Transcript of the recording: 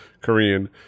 korean